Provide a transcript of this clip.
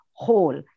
whole